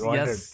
yes